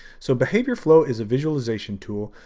so, behavior flow is a visualization tool,